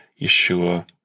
Yeshua